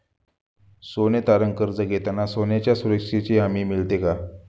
सोने तारण कर्ज घेताना सोन्याच्या सुरक्षेची हमी मिळते का?